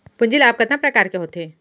पूंजी लाभ कतना प्रकार के होथे?